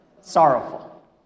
sorrowful